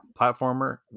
platformer